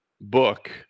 book